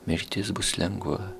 mirtis bus lengva